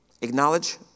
Acknowledge